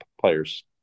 players